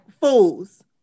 fools